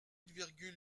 virgule